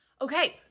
Okay